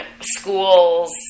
schools